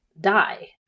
die